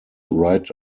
right